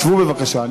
שבו בבקשה.